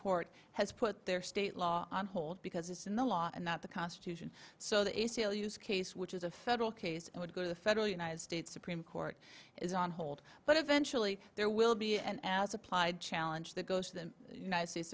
court has put their state law on hold because it's in the law and not the constitution so the a c l u is case which is a federal case it would go to the federal united states supreme court is on hold but eventually there will be and as applied challenge that goes to the united states